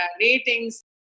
ratings